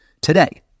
today